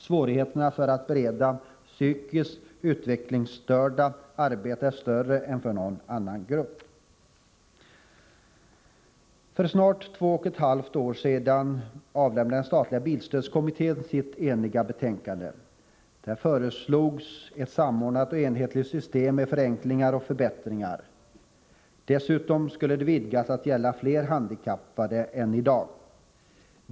Svårigheterna att bereda psykiskt utvecklingsstörda arbete är större än beträffande någon annan grupp. För snart två och ett halvt år sedan avlämnade den statliga bilstödskommittén sitt eniga betänkande. Där föreslogs ett samordnat och enhetligt system med förenklingar och förbättringar. Dessutom skulle det vidgas till att gälla fler handikappade än i dag.